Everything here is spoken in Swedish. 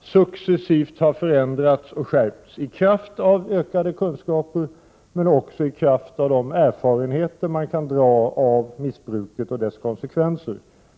successivt har förändrats och skärpts under de här årtiondena på grund av ökade kunskaper men också på grund av de erfarenheter man kan dra av missbruket och dess konsekvenser